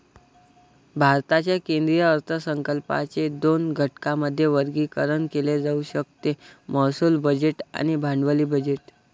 भारताच्या केंद्रीय अर्थसंकल्पाचे दोन घटकांमध्ये वर्गीकरण केले जाऊ शकते महसूल बजेट आणि भांडवली बजेट